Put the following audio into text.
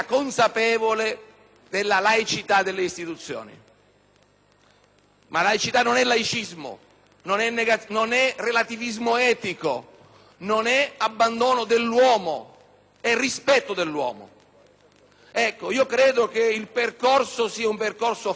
ma laicità non è laicismo, non è relativismo etico, non è abbandono dell'uomo: è rispetto dell'uomo. Ecco, credo che il percorso sia faticoso e che la drammaticità di questa vicenda